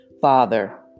Father